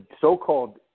so-called